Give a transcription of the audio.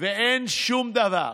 ואין שום דבר.